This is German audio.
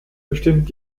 bestimmt